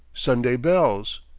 sunday bells,